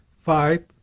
five